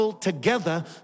Together